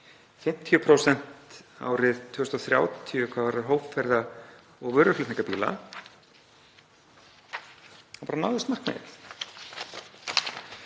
50% árið 2030 hvað varðar hópferða- og vöruflutningabíla, þá bara náðist markmiðið.